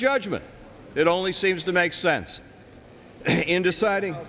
judgment it only seems to make sense in deciding